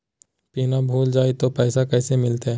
Pin भूला जाई तो पैसा कैसे मिलते?